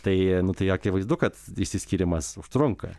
tai nu tai akivaizdu kad išsiskyrimas užtrunka